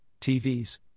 TVs